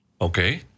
Okay